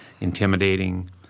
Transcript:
intimidating